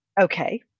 Okay